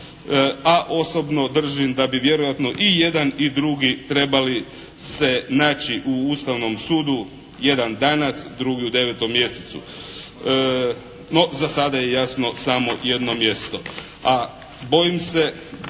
a osobno držim da bi vjerojatno i jedan i drugi trebali se naći u Ustavnom sudu, jedan danas, drugi u 9. mjesecu. No, za sada je jasno samo jedno mjesto. A, bojim se